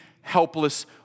helpless